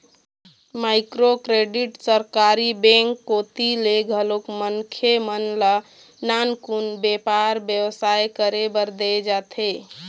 micro credit सरकारी bank कोती ले घलोक मनखे मन ल नानमुन बेपार बेवसाय करे बर देय जाथे